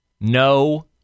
No